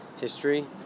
history